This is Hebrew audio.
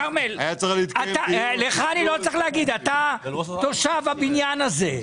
כרמל, לך אני לא צריך להגיד, אתה תושב הבניין הזה.